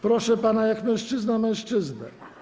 Proszę pana jak mężczyzna mężczyznę.